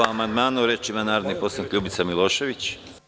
Po amandmanu reč ima narodni poslanik Ljubica Milošević.